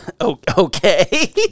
okay